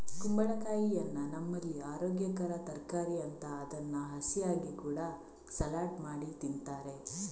ಕುಂಬಳಕಾಯಿಯನ್ನ ನಮ್ಮಲ್ಲಿ ಅರೋಗ್ಯಕರ ತರಕಾರಿ ಅಂತ ಅದನ್ನ ಹಸಿಯಾಗಿ ಕೂಡಾ ಸಲಾಡ್ ಮಾಡಿ ತಿಂತಾರೆ